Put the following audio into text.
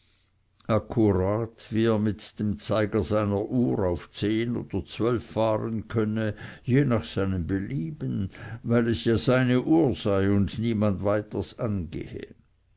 akkurat wie er mit dem zeiger seiner uhr auf zehn oder zwölf fahren könne je nach seinem belieben weil es ja seine uhr sei und niemand weiters angehe